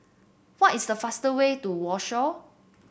what is the faster way to Warsaw